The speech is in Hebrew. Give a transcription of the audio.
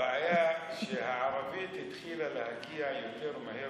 הבעיה שהערבית התחילה להגיע לפה יותר מהר